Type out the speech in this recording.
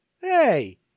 Hey